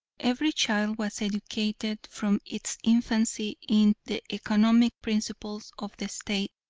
every child was educated from its infancy in the economic principles of the state,